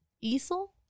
easel